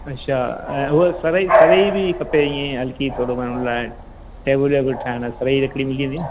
अच्छा ऐं उहा तरई तरई भी खपे ईये हल्की थोरो घणो लाइ टेबिल वेबिल ठाहिणु तरई लकड़ी मिली वेंदी न